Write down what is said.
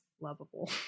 lovable